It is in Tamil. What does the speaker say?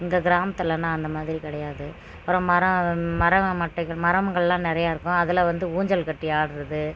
இங்கே கிராமத்துலேனா அந்த மாதிரி கிடையாது அப்புறம் மரம் மரம் மட்டைகள் மரங்களெலாம் நிறையா இருக்கும் அதில் வந்து ஊஞ்சல் கட்டி ஆடுறது